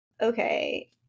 okay